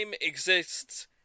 exists